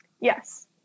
Yes